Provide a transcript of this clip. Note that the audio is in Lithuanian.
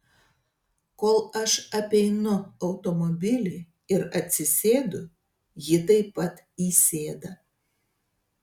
kol aš apeinu automobilį ir atsisėdu ji taip pat įsėda